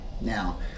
Now